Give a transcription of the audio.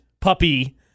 puppy